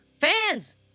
fans